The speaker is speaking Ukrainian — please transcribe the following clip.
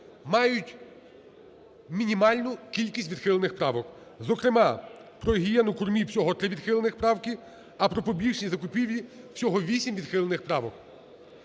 мають мінімальну кількість відхилених правок, зокрема про гігієну кормів всього три відхилені правки, а про публічні закупівлі всього вісім відхилених правок.